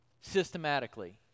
systematically